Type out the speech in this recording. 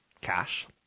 cash